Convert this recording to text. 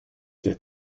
der